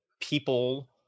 people